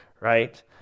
right